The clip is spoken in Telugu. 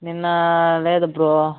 నిన్న లేదు బ్రో